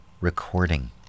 recording